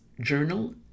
journal